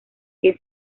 quien